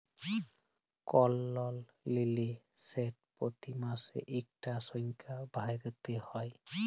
call লল লিলে সেট পতি মাসে ইকটা সংখ্যা ভ্যইরতে হ্যয়